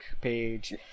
page